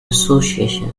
association